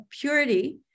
purity